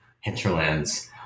hinterlands